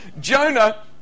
Jonah